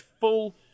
full